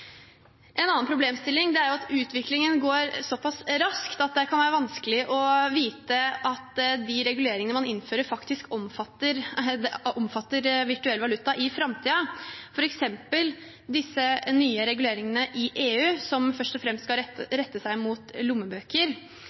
En annen problemstilling er at utviklingen går såpass raskt at det kan være vanskelig å vite om de reguleringene man innfører, faktisk omfatter virtuell valuta i framtiden, f.eks. disse nye reguleringene i EU som først og fremst skal rette seg mot lommebøker.